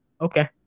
okay